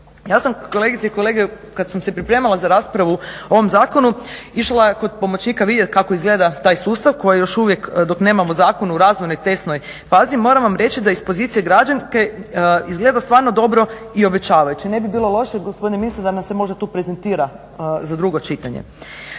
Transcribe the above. Ja sam kolegice i kolege kad sam se pripremala za raspravu o ovom zakonu išla kod pomoćnika vidjeti kako izgleda taj sustav koji još uvijek dok nemamo zakon u razvojnoj tesnoj fazi moram vam reći da iz pozicije građanke izgleda stvarno dobro i obećavajuće. Ne bi bilo loše, gospodine ministre da nam se možda tu prezentira za drugo čitanje.